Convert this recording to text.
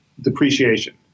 Depreciation